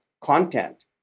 content